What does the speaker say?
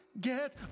get